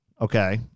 okay